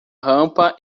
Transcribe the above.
rampa